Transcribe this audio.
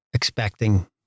Expecting